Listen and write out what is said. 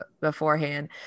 beforehand